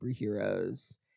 superheroes